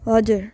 हजुर